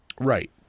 Right